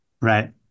Right